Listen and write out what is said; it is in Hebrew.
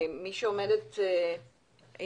אני סמנכ"לית הרשות